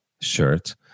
shirt